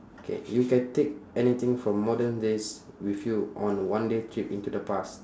K you can take anything from modern days with you on one day trip into the past